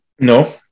No